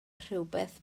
rhywbeth